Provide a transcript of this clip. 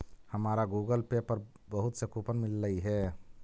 हमारा Google Pay पर बहुत से कूपन मिललई हे